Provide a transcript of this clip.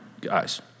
guys